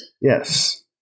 Yes